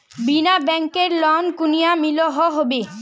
बिना बैंकेर लोन कुनियाँ मिलोहो होबे?